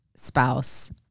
spouse